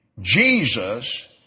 Jesus